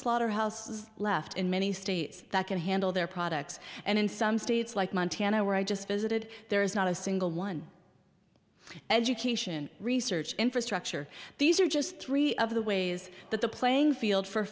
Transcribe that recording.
slaughterhouses left in many states that can handle their products and in some states like montana where i just visited there is not a single one education research infrastructure these are just three of the ways that the playing field for